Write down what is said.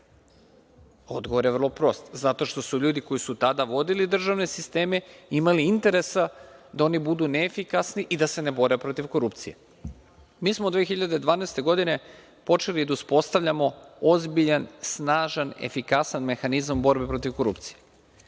Odgovor je vrlo prost – zato što su ljudi koji su tada vodili državne sisteme imali interesa da oni budu neefikasni i da se ne bore protiv korupcije. Mi smo 2012. godine počeli da uspostavljamo ozbiljan, snažan, efikasan mehanizam borbe protiv korupcije